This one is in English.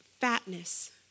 fatness